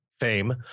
Fame